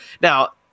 Now